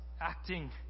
acting